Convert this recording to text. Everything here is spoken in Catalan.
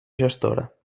gestora